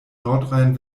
nordrhein